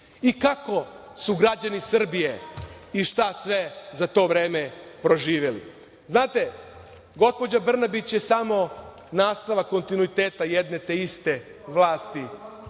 i kako su građani Srbije i šta sve za to vreme proživeli. Znate, gospođa Brnabić je samo nastavak kontinuiteta jedne te iste vlasti